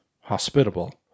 hospitable